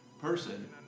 person